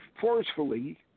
forcefully